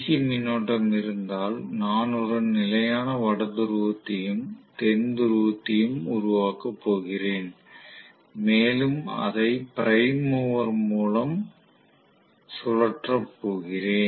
C மின்னோட்டம் இருந்தால் நான் ஒரு நிலையான வட துருவத்தையும் தென் துருவத்தையும் உருவாக்கப் போகிறேன் மேலும் அதை பிரைம் மூவர் மூலம் அதை சுழற்றப் போகிறேன்